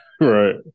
Right